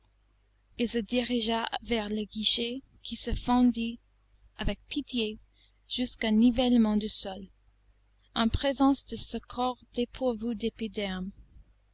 il se dirigea vers le guichet qui se fendit avec pitié jusqu'au nivellement du sol en présence de ce corps dépourvu d'épiderme